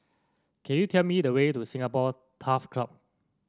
can you tell me the way to Singapore Turf Club